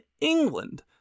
England